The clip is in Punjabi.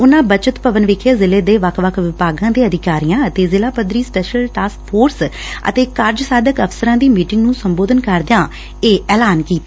ਉਨੂਾਂ ਬੱਚਤ ਭਵਨ ਵਿਖੇ ਜ਼ਿਲ੍ਹੇ ਦੇ ਵੱਖ ਵੱਖ ਵਿਭਾਗਾਂ ਦੇ ਅਧਿਕਾਰੀਆਂ ਅਤੇ ਜ਼ਿਲਾ ਪੱਧਰੀ ਸਪੈਸ਼ਲ ਟਾਸਕ ਫੋਰਸ ਅਤੇ ਕਾਰਜ ਸਾਧਕ ਅਫਸਰਾਂ ਦੀ ਮੀਟਿੰਗ ਨੂੰ ਸੰਬੋਧਨ ਕਰਦਿਆਂ ਇਹ ਐਲਾਨ ਕੀਤਾ